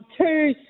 two